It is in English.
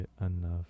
enough